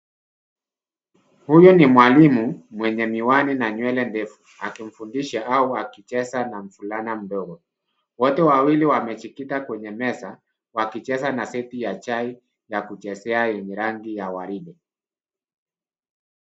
Huyu ni mwalimu mwenye miwani na nywele ndefu, akimfundisha au akicheza na mvulana mdogo. Wote wawili wamejikita kwenye meza wakicheza na seti ya chai ya kuchezea yenye rangi ya waridi.